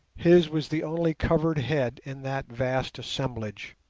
his was the only covered head in that vast assemblage.